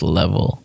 level